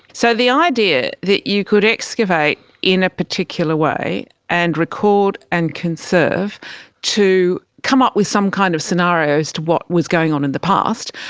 so the idea that you could excavate in a particular way and record and conserve to come up with some kind of scenario as to what was going on in the past,